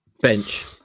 bench